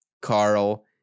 Carl